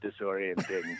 disorienting